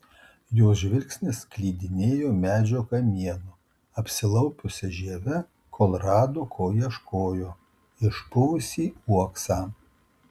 jos žvilgsnis klydinėjo medžio kamienu apsilaupiusia žieve kol rado ko ieškojo išpuvusį uoksą